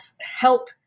help